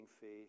faith